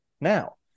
now